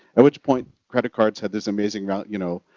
at which point credit cards had this amazing round, you know,